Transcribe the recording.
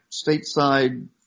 stateside